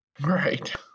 Right